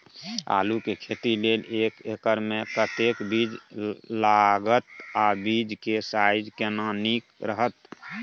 आलू के खेती लेल एक एकर मे कतेक बीज लागत आ बीज के साइज केना नीक रहत?